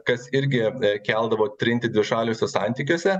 kas irgi keldavo trintį dvišaliuose santykiuose